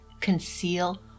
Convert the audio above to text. conceal